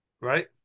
Right